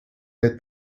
let